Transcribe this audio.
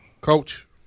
Coach